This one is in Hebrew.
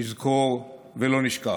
נזכור ולא נשכח.